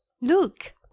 Look